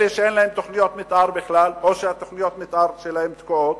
אלה שאין להם תוכניות מיתאר בכלל או שתוכניות המיתאר שלהם תקועות